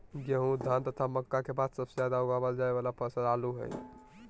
गेहूं, धान तथा मक्का के बाद सबसे ज्यादा उगाल जाय वाला फसल आलू हइ